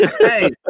Hey